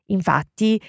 Infatti